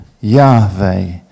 Yahweh